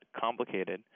complicated